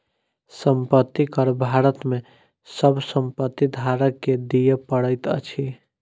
संपत्ति कर भारत में सभ संपत्ति धारक के दिअ पड़ैत अछि